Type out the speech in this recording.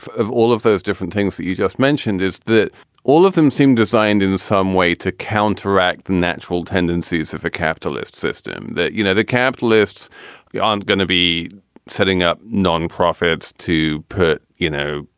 of of all of those different things that you just mentioned is that all of them seem designed in some way to counteract the natural tendencies of a capitalist system that, you know, the capitalists yeah aren't going to be setting up nonprofits to put, you know,